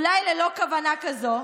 אולי ללא כוונה כזו,